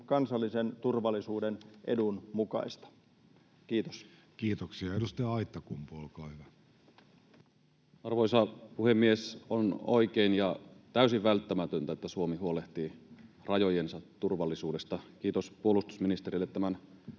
kansallisen turvallisuuden edun mukaista. — Kiitos. Kiitoksia. — Edustaja Aittakumpu, olkaa hyvä. Arvoisa puhemies! On oikein ja täysin välttämätöntä, että Suomi huolehtii rajojensa turvallisuudesta. Kiitos puolustusministerille tämän esityksen